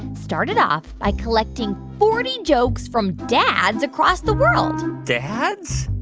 started off by collecting forty jokes from dads across the world dads?